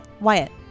Wyatt